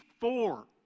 four